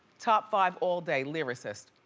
top five all day lyricists.